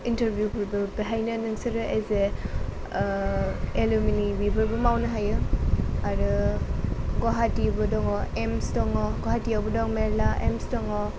इन्टारभिउबोरबो बेहायनो नोंसोर as a alumni बेफोरबो मावनो हायो आरो गुवाहाटीबो दङ एमस दङ गुवाहाटीआवबो दङ मेरला एमस दङ